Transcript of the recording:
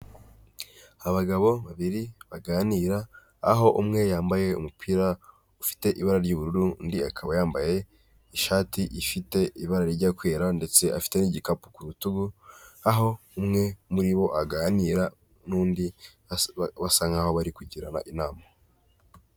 Abagabo babiri baganira aho umwe yambaye umupira ufite ibara ry'ubururu undi akaba yambaye ishati ifite ibara rijya kwera ndetse afite n'igikapu ku rutugu, aho umwe muri bo aganira n'undi basa nkaho bari kugirana inama.